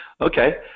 Okay